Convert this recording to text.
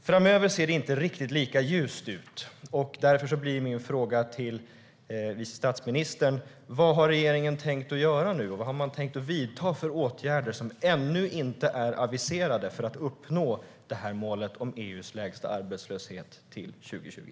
Framöver ser det inte riktigt lika ljust ut. Därför blir min fråga till vice statsministern: Vad har regeringen tänkt göra nu? Vad har man tänkt vidta för åtgärder, som ännu inte är aviserade, för att uppnå målet om EU:s lägsta arbetslöshet till 2020?